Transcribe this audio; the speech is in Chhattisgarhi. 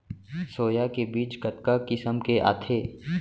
सोया के बीज कतका किसम के आथे?